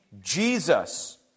Jesus